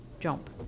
Jump